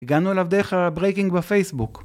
הגענו אליו דרך הברייקינג בפייסבוק